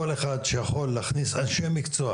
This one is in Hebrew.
כל אחד שיכול להכניס אנשי מקצוע,